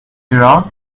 iran